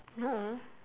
no